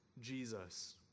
Jesus